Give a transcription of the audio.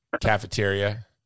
cafeteria